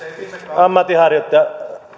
ammatinharjoittajan